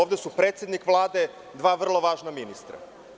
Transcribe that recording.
Ovde su predsednik Vlade, dva vrlo važna ministra.